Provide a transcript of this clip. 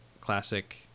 classic